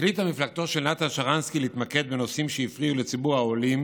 החליטה מפלגתו של נתן שרנסקי להתמקד בנושאים שהפריעו לציבור העולים,